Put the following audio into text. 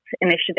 initiative